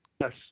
Yes